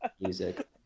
music